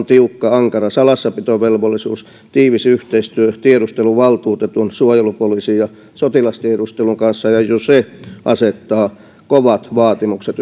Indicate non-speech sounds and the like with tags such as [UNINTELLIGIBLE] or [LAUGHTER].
[UNINTELLIGIBLE] tiukka ankara salassapitovelvollisuus tiivis yhteistyö tiedusteluvaltuutetun suojelupoliisin ja sotilastiedustelun kanssa ja ja jo se asettaa kovat vaatimukset [UNINTELLIGIBLE]